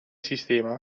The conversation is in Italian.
sistema